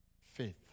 Faith